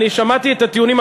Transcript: אני שמעתי את הטיעונים.